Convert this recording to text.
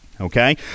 okay